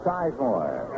Sizemore